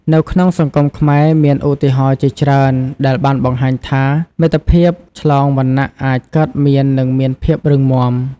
នៅក្នុងសង្គមខ្មែរមានឧទាហរណ៍ជាច្រើនដែលបានបង្ហាញថា មិត្តភាពឆ្លងវណ្ណៈអាចកើតមាននិងមានភាពរឹងមាំ។